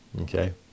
Okay